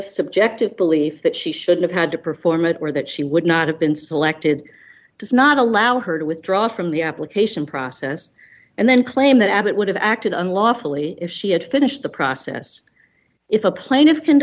of subjective belief that she should have had to perform it or that she would not have been selected does not allow her to withdraw from the application process and then claim that abbott would have acted unlawfully if she had finished the process if a plaintiff can